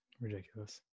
Ridiculous